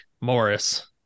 Morris